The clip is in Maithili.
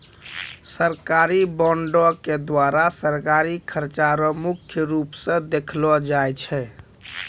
सरकारी बॉंडों के द्वारा सरकारी खर्चा रो मुख्य रूप स देखलो जाय छै